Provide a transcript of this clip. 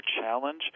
challenge